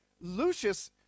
Lucius